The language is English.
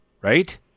right